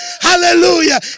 Hallelujah